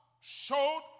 showed